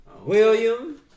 William